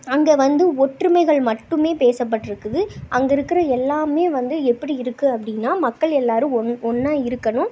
அங்கே வந்து ஒற்றுமைகள் மட்டும் பேசப்பட்டுருக்குது அங்கே இருக்கிற எல்லாம் வந்து எப்படி இருக்குது அப்படின்னா மக்கள் எல்லாரும் ஒன்னாக இருக்கணும்